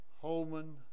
Holman